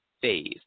phase